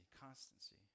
constancy